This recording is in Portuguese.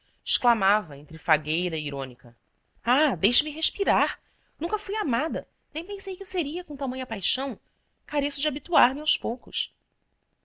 exclamava entre fagueira e irônica ah deixe-me respirar nunca fui amada nem pensei que o seria com tamanha paixão careço de habituar me aos poucos